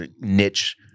niche